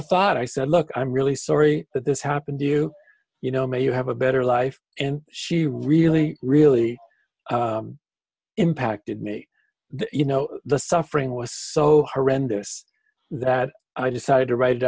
thought i said look i'm really sorry that this happened to you you know may you have a better life and she really really impacted me you know the suffering was so horrendous that i decided to write